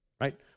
right